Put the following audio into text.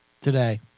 today